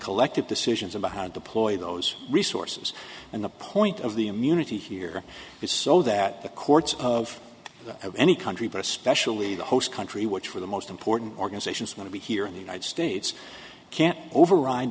collective decisions about how to deploy those resources and the point of the immunity here is so that the courts of of any country but especially the host country which for the most important organizations want to be here in the united states can't override